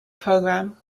program